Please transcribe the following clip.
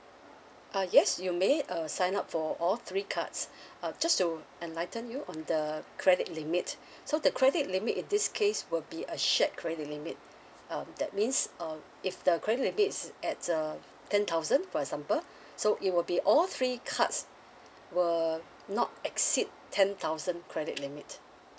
uh yes you may uh sign up for all three cards uh just to enlighten you on the credit limit so the credit limit in this case will be a shared credit limit um that means uh if the credit limit is at uh ten thousand for example so it will be all three cards will not exceed ten thousand credit limit